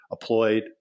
employed